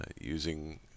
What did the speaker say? using